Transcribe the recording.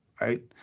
right